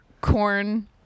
corn